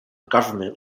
government